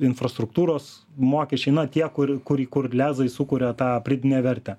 infrastruktūros mokesčiai na tie kur kuri kur lezai sukuria tą pridėtinę vertę